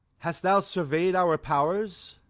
hast thou survey'd our powers?